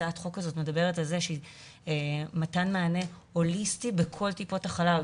הצעת החוק מדברת על מתן מענה הוליסטי בכל טיפות חלב.